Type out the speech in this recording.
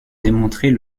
démontrer